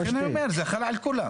אני אומר שזה חל על כולם.